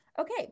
Okay